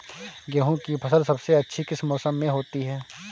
गेंहू की फसल सबसे अच्छी किस मौसम में होती है?